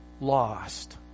lost